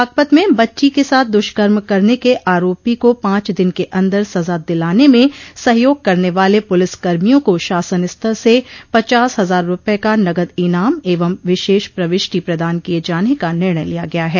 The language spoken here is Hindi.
बागपत में बच्ची के साथ दुष्कर्म करने के आरोपी को पांच दिन के अन्दर सजा दिलान में सहयोग करने वाले पुलिस कर्मियों को शासन स्तर से पचास हजार रूपये का नगद ईनाम एवं विशेष प्रविष्टि प्रदान किये जाने का निर्णय लिया गया है